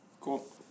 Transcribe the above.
cool